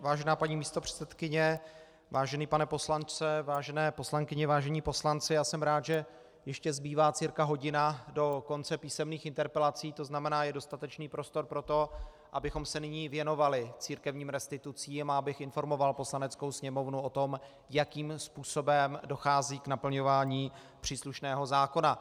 Vážená paní místopředsedkyně, vážený pane poslanče, vážené poslankyně, vážení poslanci, jsem rád, že ještě zbývá cirka hodina do konce písemných interpelací, tzn. je dostatečný prostor pro to, abychom se nyní věnovali církevním restitucím a abych informoval Poslaneckou sněmovnu o tom, jakým způsobem dochází k naplňování příslušného zákona.